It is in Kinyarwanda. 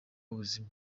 ubuzima